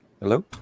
Hello